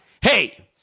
Hey